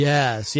Yes